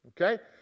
okay